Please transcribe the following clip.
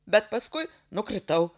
bet paskui nukritau